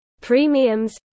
premiums